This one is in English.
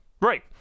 right